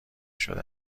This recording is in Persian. شده